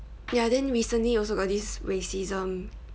ya then recently also got this racism